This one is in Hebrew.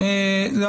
כן,